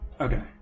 Okay